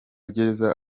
gereza